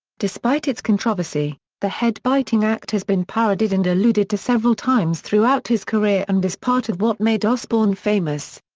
despite its controversy, the head-biting act has been parodied and alluded to several times throughout his career and is part of what made osbourne famous.